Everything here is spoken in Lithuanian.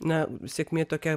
na sėkmė tokia